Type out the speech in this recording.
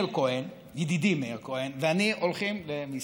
ידידי מאיר כהן ואני הולכים למסעדה.